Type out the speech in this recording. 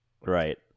Right